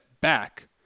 back